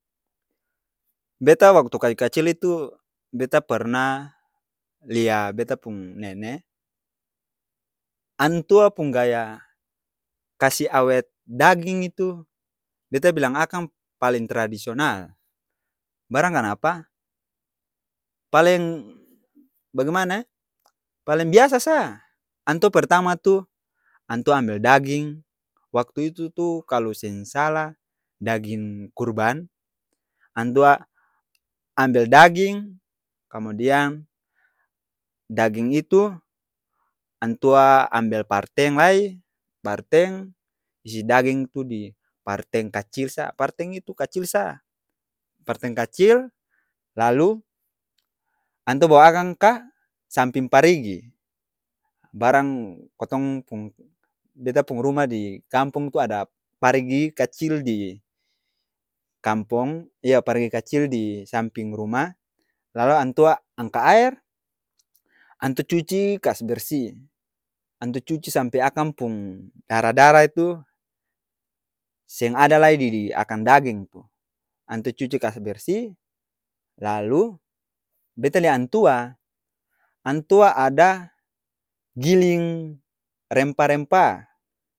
Beta waktu ka'-kacil itu beta perna lia beta pung nene, antua pung gaya, kasi awet daging itu, beta bilang akang paleng tradisional. Barang kanapa? Paleng bagimana ee? Paleng biasa saa antua pertama tu, antua ambel daging, waktu itu tu kalo seng sala, daging kurban, antua, ambel daging, kemudiang daging itu, antua ambel parteng lai, parteng, isi daging tu di parteng kacil sa. Parteng itu kacil sa, parteng kacil, lalu antua bawa akang ka samping parigi, barang kotong pung, beta pung ruma di kampong tu ada parigi kacil di kampong, iyo parigi kacil di samping ruma, lalo antua angka aer, antua cuci kas bersi, antua cuci sampe akang pung dara-dara itu, seng ada lai di di-akang daging tu, antua cuci kas bersi lalu, beta lia antua, antua ada giling rempa-rempa.